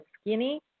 skinny